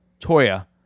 Toya